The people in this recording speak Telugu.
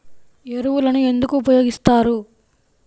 ఎరువులను ఎందుకు ఉపయోగిస్తారు?